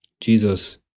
Jesus